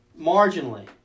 Marginally